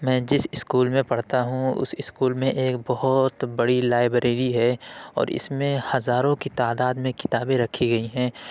میں جس اسکول میں پڑھتا ہوں اس اسکول میں ایک بہت بڑی لائبریری ہے اور اس میں ہزاروں کی تعداد میں کتابیں رکھی گئی ہیں